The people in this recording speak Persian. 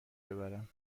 ببرم